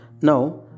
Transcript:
now